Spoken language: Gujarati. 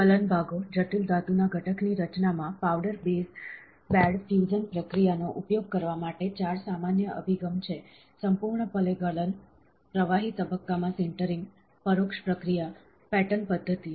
ગલન ભાગો જટિલ ધાતુના ઘટકની રચનામાં પાવડર બેડ ફ્યુઝન પ્રક્રિયા નો ઉપયોગ કરવા માટે 4 સામાન્ય અભિગમ છે સંપૂર્ણપણે ગલન પ્રવાહી તબક્કામાં સિન્ટરિંગ પરોક્ષ પ્રક્રિયા પેટર્ન પદ્ધતિઓ